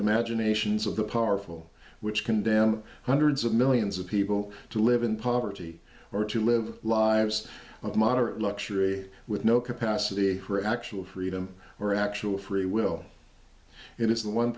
imaginations of the powerful which condemn hundreds of millions of people to live in poverty or to live lives of moderate luxury with no capacity for actual freedom or actual free will